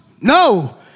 No